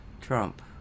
Trump